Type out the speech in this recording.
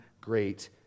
great